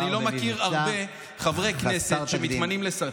אני לא מכיר הרבה חברי כנסת שמתמנים לשר,